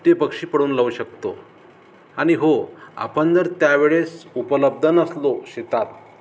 ते पक्षी पडवून लावू शकतो आणि हो आपण जर त्यावेळेस उपलब्ध नसलो शेतात